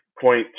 point